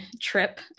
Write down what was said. trip